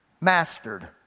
mastered